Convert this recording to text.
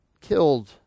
killed